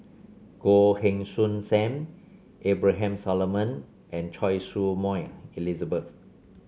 Goh Heng Soon Sam Abraham Solomon and Choy Su Moi Elizabeth